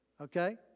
Okay